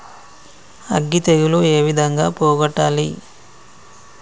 అగ్గి తెగులు ఏ విధంగా పోగొట్టాలి?